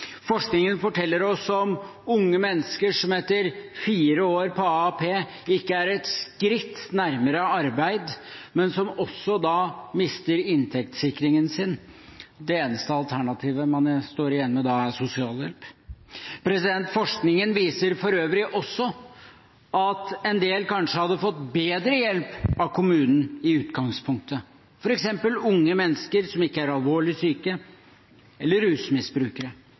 Forskningen forteller oss om unge mennesker som etter fire år på AAP ikke er et skritt nærmere arbeid, men som også mister inntektssikringen sin. Det eneste alternativet man da står igjen med, er sosialhjelp. Forskningen viser for øvrig også at en del i utgangspunktet kanskje hadde fått bedre hjelp av kommunen, f.eks. unge mennesker som ikke er alvorlig syke, eller rusmisbrukere.